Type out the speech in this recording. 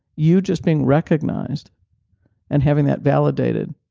you just being recognized and having that validated,